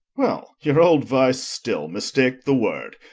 well, your old vice still mistake the word.